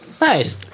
Nice